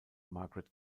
margaret